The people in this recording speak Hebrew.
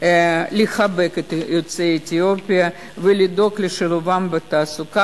לחבק את יוצאי אתיופיה ולדאוג לשילובם בתעסוקה,